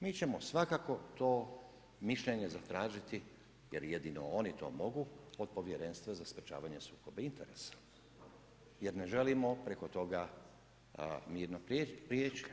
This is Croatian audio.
Mi ćemo svakako to mišljenje zatražiti jer jedino oni to mogu od Povjerenstva za sprečavanje sukoba interesa jer ne želimo preko toga mirno prijeći.